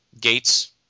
Gates